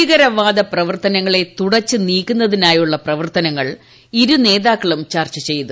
ഭീകരവാദ പ്രവർത്തനങ്ങളെ തുടച്ചു നീക്കുന്നുതിന്റിയുള്ള പ്രവർത്തനങ്ങൾ ഇരുനേതാക്കളും ചർച്ച ചെയ്തു